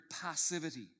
passivity